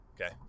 okay